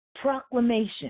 Proclamation